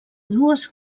dues